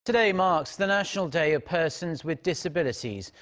today marks the national day of persons with disabilities.